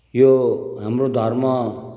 यो हाम्रो धर्म